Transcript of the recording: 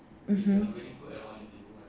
mm